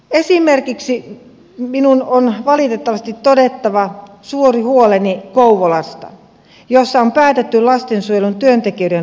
esimerkiksi minun on valitettavasti todettava suuri huoleni kouvolasta jossa on päätetty lastensuojelun työntekijöiden lomauttamisesta